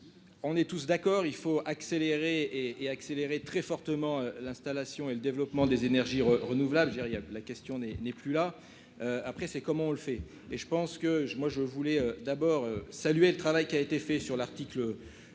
on est tous d'accord, il faut accélérer et accélérer très fortement l'installation et le développement des énergies renouvelables, j'ai rien, la question n'est n'est plus là après, c'est comment on le fait et je pense que moi, je voulais d'abord saluer le travail qui a été fait sur l'article